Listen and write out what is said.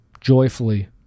joyfully